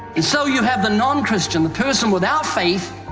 and so, you have the non-christian, the person without faith,